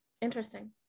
interesting